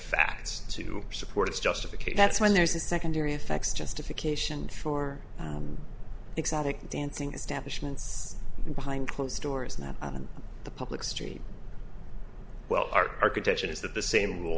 facts to support its justification that's why there's a secondary effects justification for exotic dancing establishments behind closed doors now on the public street well our architecture is that the same rule